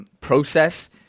process